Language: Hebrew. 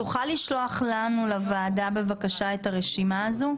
תוכל לשלוח בבקשה לוועדה את הרשימה הזאת?